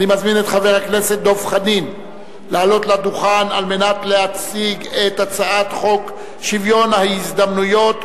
אני קובע שהצעת חוק הגבלת הפרסומת והשיווק של מוצרי טבק (תיקון,